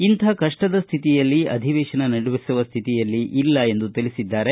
ಇಂಥಹ ಕಪ್ಪದ ಶ್ಯಿತಿಯಲ್ಲಿ ಅಧಿವೇಶನ ನಡೆಸುವ ಶ್ಯಿತಿಯಲ್ಲಿ ನಾವಿಲ್ಲ ಎಂದು ತಿಳಿಸಿದ್ದಾರೆ